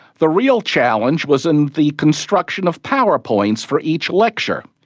the real challenge was in the construction of powerpoints for each lecture.